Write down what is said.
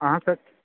अहाँसँ